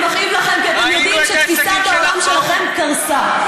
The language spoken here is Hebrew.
כי אתם יודעים שתפיסת העולם שלכם קרסה.